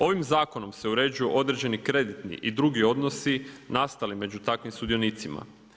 Ovim zakonom se uređuju određeni kreditni i drugi odnosi nastali među takvim sudionicima.